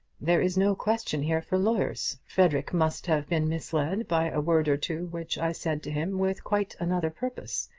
there is no question here for lawyers. frederic must have been misled by a word or two which i said to him with quite another purpose.